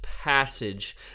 passage